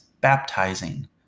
baptizing